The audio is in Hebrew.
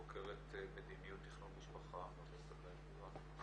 חוקרת מדיניות תכנון משפחה מאוניברסיטת בן גוריון.